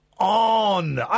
On